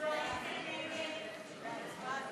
ההסתייגות (3) של קבוצת סיעת